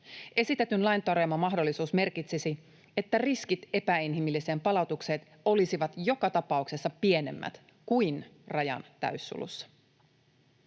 Esitetyn lain tarjoama mahdollisuus merkitsisi, että riskit epäinhimilliseen palautukseen olisivat joka tapauksessa pienemmät kuin rajan täyssulussa.